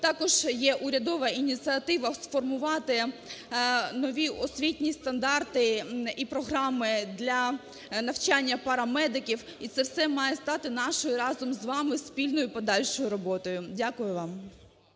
Також є урядова ініціатива сформувати нові освітні стандарти і програми для навчання парамедиків. І це все має стати нашою разом з вами спільною подальшою роботою. Дякую вам.